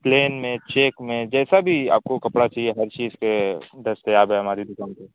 plane میں check میں جیسا بھی آپ کو کپڑا چاہیے ہر چیز پہ دستیاب ہے ہماری دکان پہ